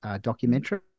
documentary